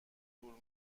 دور